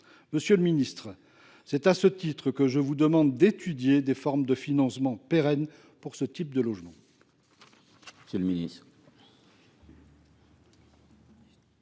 monsieur le ministre, je vous demande d’étudier des formes de financement pérenne pour ce type de logement.